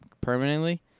permanently